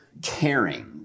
caring